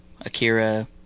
Akira